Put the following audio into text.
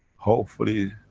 hopefully,